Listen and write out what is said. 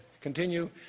continue